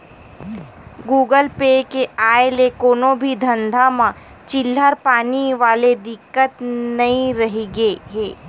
Google Pay के आय ले कोनो भी धंधा म चिल्हर पानी वाले दिक्कत नइ रहिगे हे